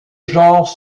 genre